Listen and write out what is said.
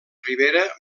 ribera